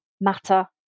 matter